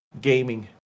gaming